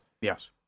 Yes